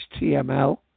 HTML